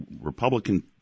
Republican